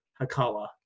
Hakala